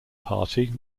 party